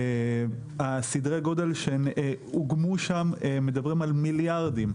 ומדברים שם על מיליארדים.